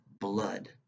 blood